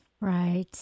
Right